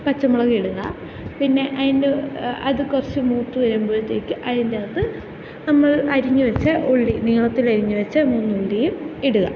പച്ചമുളക് ഇടുക പിന്നെ അതിൻ്റെ അത് കുറച്ച് മൂത്ത് വരുമ്പോഴത്തേക്ക് അതിന്റകത്ത് നമ്മൾ അരിഞ്ഞുവെച്ച ഉള്ളി നീളത്തിൽ അരിഞ്ഞുവെച്ച മൂന്നുള്ളിയും ഇടുക